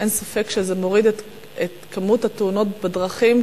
אין ספק שזה מוריד את כמות התאונות בדרכים,